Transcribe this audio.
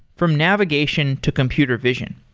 from navigation to computer vision.